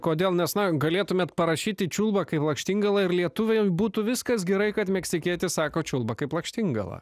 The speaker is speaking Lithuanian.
kodėl nes na galėtumėt parašyti čiulba kaip lakštingala ir lietuviai būtų viskas gerai kad meksikietis sako čiulba kaip lakštingala